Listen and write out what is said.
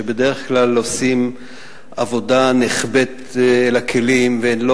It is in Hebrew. שבדרך כלל עושים עבודה נחבאת אל הכלים ולא